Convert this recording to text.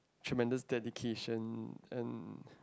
tremendous dedication and